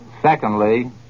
secondly